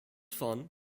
fun